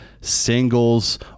singles